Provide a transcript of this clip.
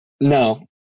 No